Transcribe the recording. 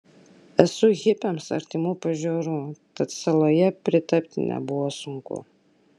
esu hipiams artimų pažiūrų tad saloje pritapti nebuvo sunku